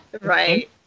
Right